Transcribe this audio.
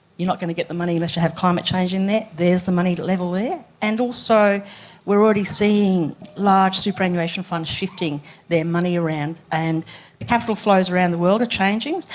you're not going to get the money unless you have climate change in there. there's the money level there. and also we are already seeing large superannuation funds shifting their money around, and the capital flows around the world are changing.